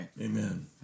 Amen